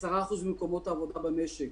10% ממקומות העבודה במשק,